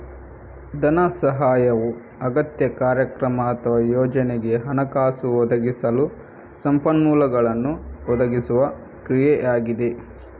ಧನ ಸಹಾಯವು ಅಗತ್ಯ, ಕಾರ್ಯಕ್ರಮ ಅಥವಾ ಯೋಜನೆಗೆ ಹಣಕಾಸು ಒದಗಿಸಲು ಸಂಪನ್ಮೂಲಗಳನ್ನು ಒದಗಿಸುವ ಕ್ರಿಯೆಯಾಗಿದೆ